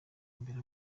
mbere